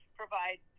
provide